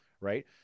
right